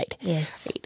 Yes